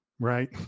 right